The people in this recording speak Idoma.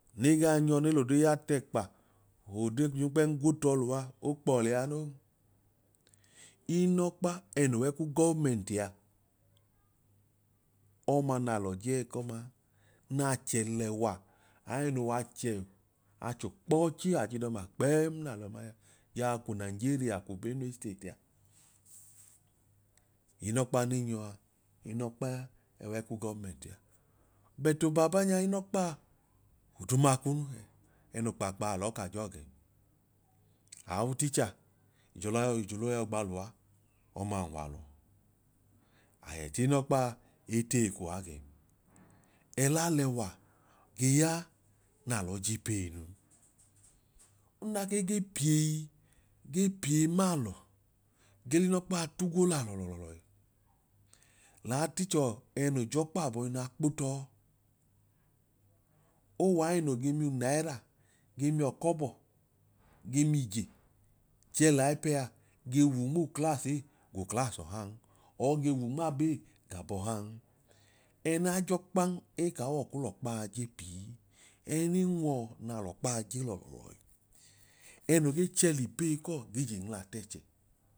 Ne gaa nyọ ne l'dre ya t'ẹkp l'ododre kpẹm gwo t'ẹkpa okpọ liya non. Inọkpa ẹnoo wẹ ku gọmẹntia ọma naalọ je ẹkọmaa n'achẹlẹwa aẹnoo w'achẹ acho kpọọchi aj'idọma kpẹm nalọ ma nya jaa kwu nigeria kwu benue state ainọkpa n'enyọa inọkpa ẹẹku gẹmẹnti a but o baabaa inọkpaa oduuma kunuu hẹ ẹnoo ikpaakpaa alọ ka jọọ gẹn. A uticha, ijulọya ijulọya ogba luwa ọma unwalu, ayẹ t'inọkpa etei kwuwa gẹn ẹlaalẹwa ge ya n'alọ iji peyi nunn wa ke ge piyeyi ge piyeyi ma alọ ge l'unọkpaa tugwo lọlọlọọhi l'auticha ẹẹnoo jọkpa abọinu a kpotọọ owaẹ noo ge miu naira ge miọkọbọ ge miije chẹ laipẹ a ge wu nmuuclass ei gu class ohaan or ge wu nma abeyigabọha'n. Ẹẹna jọkpan eka wọọ k'olọkpaa je pii ẹẹne nwuọ naa l'ọkpaa je lọlọlọọlọhi ẹẹno gee chẹ l'ipeyi kọọ ge je nwula t'ẹchẹ,